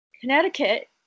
Connecticut